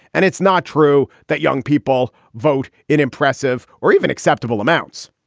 and it's not true that young people vote in impressive or even acceptable amounts.